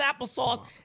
applesauce